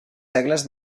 segles